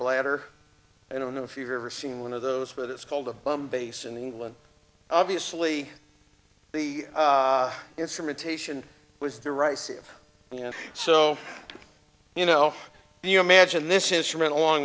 bladder i don't know if you've ever seen one of those but it's called a bum bass in england obviously the instrumentation was the right yeah so you know you imagine this instrument along